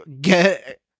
get